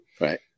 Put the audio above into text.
Right